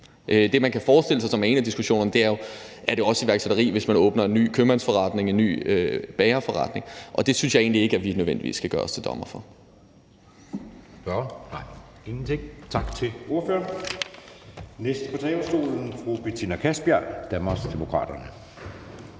Det, man kan forestille sig som en af diskussionerne, er jo, om det også er iværksætteri, hvis man åbner en ny købmandsforretning eller en ny bagerforretning, og det synes jeg egentlig ikke vi nødvendigvis skal gøre os til dommer over.